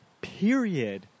period